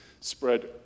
spread